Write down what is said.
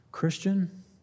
Christian